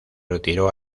retiró